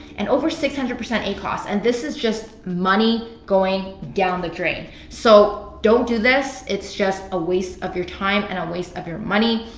and over six hundred percent acos. and this is just money going down the drain. so don't do this. it's just a waste of your time and a waste of your money.